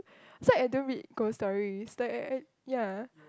so I don't read ghost stories like I I ya